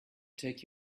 take